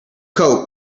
coke